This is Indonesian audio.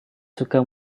suka